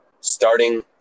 starting